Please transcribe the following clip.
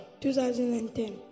2010